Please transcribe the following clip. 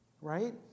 right